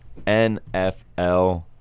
NFL